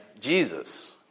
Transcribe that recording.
Jesus